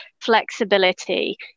flexibility